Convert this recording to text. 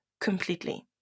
completely